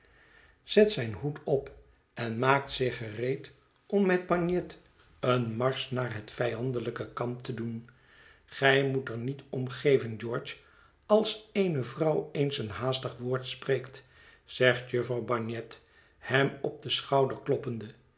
zet zijn hoed op en maakt zich gereed om met bagnet een marsch naar het vijandelijke kamp te doen gij moet er niet om geven george als eene vrouw eens een haastig woord spreekt zegt jufvrouw bagnet hem op den schouder